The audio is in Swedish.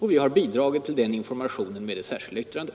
Vi har bidragit till den informationen med det särskilda yttrandet.